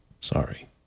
Sorry